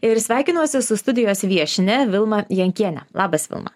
ir sveikinuosi su studijos viešnia vilma jankiene labas vilma